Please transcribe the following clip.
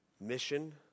Mission